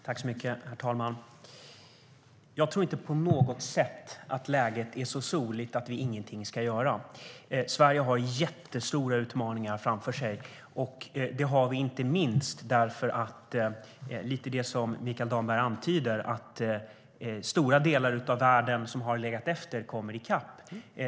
Herr talman! Jag tror inte på något sätt att läget är så soligt att vi ingenting ska göra. Sverige har jättestora utmaningar framför sig. Det har vi inte minst - det var lite det som Mikael Damberg antydde - eftersom stora delar av världen som har legat efter kommer i kapp.